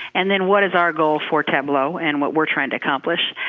and then what is our goal for tableau and what we're tryingn to accomplish?